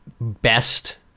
best